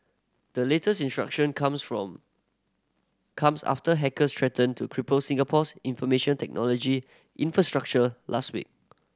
the latest introduction comes from comes after hackers threatened to cripple Singapore's information technology infrastructure last week